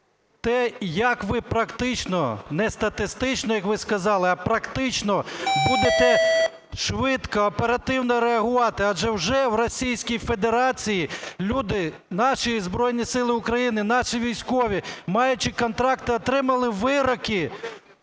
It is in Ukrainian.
те, як ви практично, не статистично, як ви сказали, а практично будете швидко, оперативно реагувати. Адже вже в Російській Федерації люди, наші Збройні Сили України, наші військові, маючи контракти, отримали вироки,